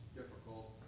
difficult